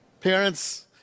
parents